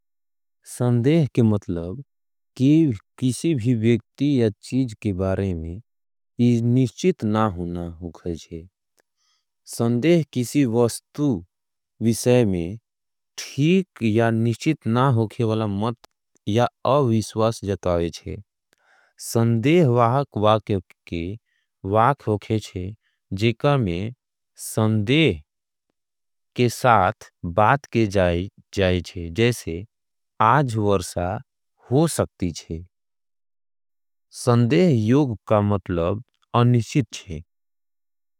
संदेह के मतलब कि किसी भी व्यक्ति या चीज के बारे में इज निश्चित ना हुना होगाईंज़े। संदेह किसी वास्तू विशय में ठीक या निश्चित ना होगेवला मत या अविश्वास जताओईंजे। संदेह वाहक वाक्यों के वाक्यों होगेंजे। जिका में संदेह के साथ बात के जाएंजे। जैसे आज वर्सा हो सकती चे। संदेह योग का मतलब अनिश्चित चे।